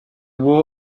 war